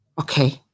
Okay